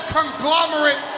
conglomerate